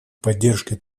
поддержкой